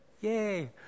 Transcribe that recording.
yay